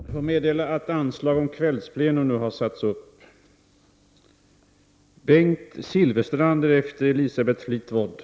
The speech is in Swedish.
Jag får meddela att anslag nu har satts upp om att detta sammanträde skall fortsätta efter kl. 19.00.